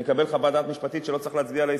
שנקבל חוות דעת משפטית שלא צריך להצביע על ההסתייגות,